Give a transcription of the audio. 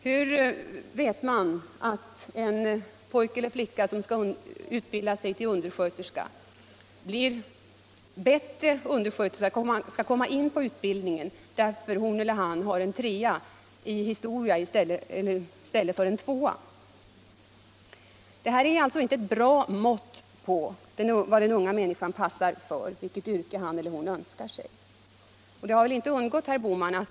Hur vet man att en pojke eller flicka som vill utbildas till undersköterska blir en bättre undersköterska och alltså skall få komma in på utbildningen för att han eller hon har betyget 3 i historia i stället för 2? Betygen är alltså inte ett bra mått på vad den unga människan passar för eller vilket studieoch yrkesval han eller hon bör göra.